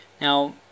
Now